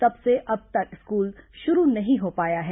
तब से अभी तक स्कूल शुरू नहीं हो पाया है